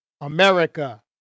America